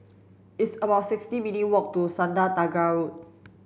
it's about sixty minute walk to Sungei Tengah Road